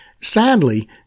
Sadly